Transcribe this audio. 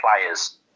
players